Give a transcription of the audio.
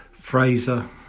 Fraser